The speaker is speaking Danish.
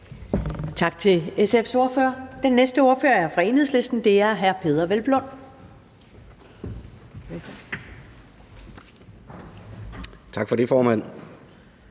Tak til SF's ordfører. Den næste ordfører er fra Enhedslisten, og det er hr. Peder Hvelplund.